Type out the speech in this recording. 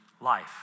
life